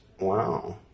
Wow